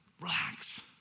relax